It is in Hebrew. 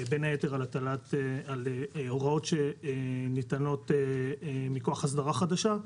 בין היתר על הוראות שניתנות מכוח הסדרה חדשה,